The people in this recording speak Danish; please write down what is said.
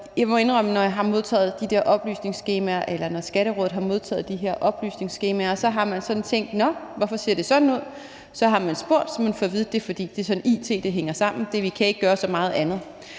eller når Skatterådet har modtaget de her oplysningsskemaer, så har man sådan tænkt: Nå, hvorfor ser det sådan ud? Så har man spurgt, og så har man fået at vide, at det er, fordi det er sådan, it hænger sammen, og man kan ikke gøre så meget andet.